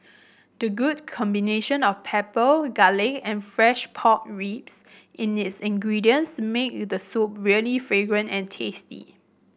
the good combination of pepper garlic and fresh pork ribs in its ingredients make the soup really fragrant and tasty